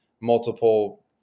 multiple